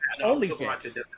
OnlyFans